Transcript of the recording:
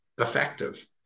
effective